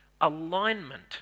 alignment